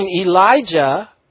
Elijah